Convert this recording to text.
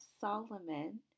Solomon